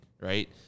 right